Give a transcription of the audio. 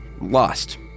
lost